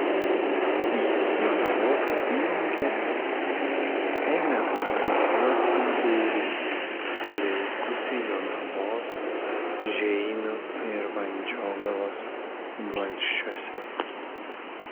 jis jonavos apylinkėse ėmė organizuoti būrį veikusį jonavos žeimių ir vandžiogalos valsčiuose